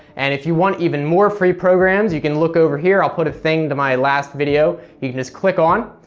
and if you want even more free programs, you can look over here i'll put a thing to my last video you can just click on.